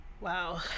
Wow